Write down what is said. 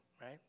right